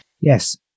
yes